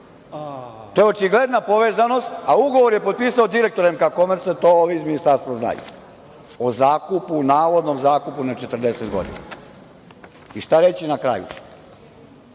To je očigledna povezanost, a ugovor je potpisao direktor „MK Komerc“, to ovi iz Ministarstva znaju, o navodnom zakupu na 40 godina. Šta reći na kraju,